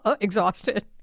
exhausted